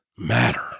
matter